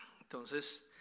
Entonces